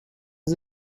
sie